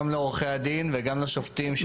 גם לעורכי הדין וגם לשופטים.